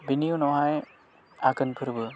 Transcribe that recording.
बेनि उनावहाय आघोन फोरबो